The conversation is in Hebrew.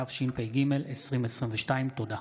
התשפ"ג 2022. תודה.